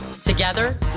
Together